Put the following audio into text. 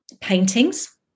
paintings